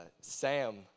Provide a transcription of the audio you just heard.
Sam